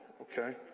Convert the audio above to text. okay